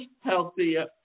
healthier